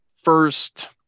first